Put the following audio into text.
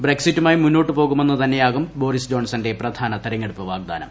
ബ്രക്സിറ്റുമായി മുന്നോട്ടുപോകുമെന്ന് തന്നെയാകും ബോറിസ് ജോൺസൺന്റെ പ്രധാന തെരഞ്ഞെടുപ്പ് വാഗ്ദാനം